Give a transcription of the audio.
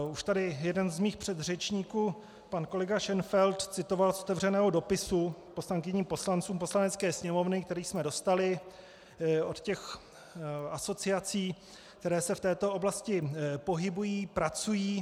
Už tady jeden z mých předřečníků, pan kolega Šenfeld, citoval z otevřeného dopisu poslankyním a poslancům Poslanecké sněmovny, který jsme dostali od asociací, které se v této oblasti pohybují, pracují.